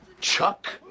Chuck